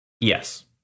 Yes